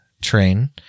train